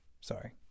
Sorry